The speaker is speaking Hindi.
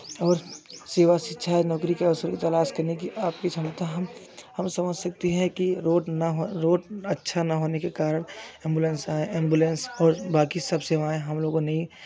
और सेवा शिक्षा नौकरी के अवसर तलाश करने की आपकी क्षमता हम हम समझ सकते हैं कि रोड ना हो रोड अच्छा न होने के कारण एंबुलेंस हैं एंबुलेंस और बाकी सब सेवाएँ हम लोगों को नहीं